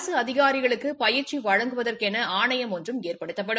அரசு அதிகாரிகளுக்கு பயிற்சி வழங்குவதற்கென ஆணையம் ஒன்றும் ஏற்படுத்தப்படும்